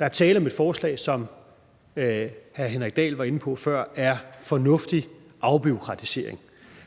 afbureaukratisering, som hr. Henrik Dahl var inde på før.